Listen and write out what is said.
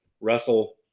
Russell